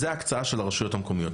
זה ההקצאה של הרשויות המקומיות.